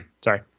Sorry